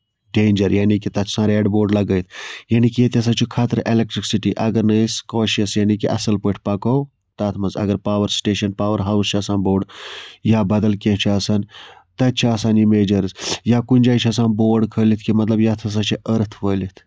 danger یعنے کہِ تَتہِ چھُ آسان ریڈ بوڑ لَگٲوِتھ یعنے کہِ ییٚتہِ ہسا چھُ خَطرٕ اٮ۪لیکٹرسٹی اَگر نہٕ أسۍ یعنے کہِ کٲشرِس اَصٕل پٲٹھۍ پَکو تَتھ منٛز اَگر پاور سِٹیشَن پاور ہاوُس چھُ آسان بوڑ یا بَدل کیٚنہہ چھُ آسان تَتہِ چھُ آسان یہِ میجٲرٕس یا کُنہِ جایہِ چھُ آسان بوڑ کھٲلِتھ کہِ مطلب یَتھ ہسا چھُ أرٕتھ وٲلِتھ